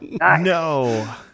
No